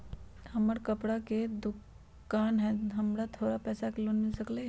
हमर कपड़ा के दुकान है हमरा थोड़ा पैसा के लोन मिल सकलई ह?